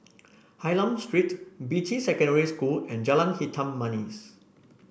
Hylam Street Beatty Secondary School and Jalan Hitam Manis